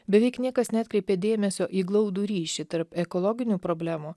beveik niekas neatkreipė dėmesio į glaudų ryšį tarp ekologinių problemų